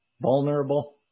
vulnerable